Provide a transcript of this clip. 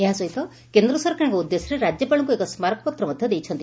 ଏହା ସହିତ କେନ୍ଦ୍ର ସରକାରଙ୍କ ଉଦ୍ଦେଶ୍ୟରେ ରାଜ୍ୟପାଳଙ୍କୁ ଏକ ସ୍ନାରକପତ୍ର ମଧ୍ଧ ଦେଇଛନ୍ତି